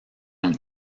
une